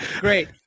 Great